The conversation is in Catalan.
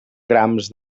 grams